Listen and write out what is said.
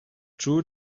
true